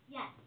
Yes